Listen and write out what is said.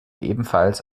ebenfalls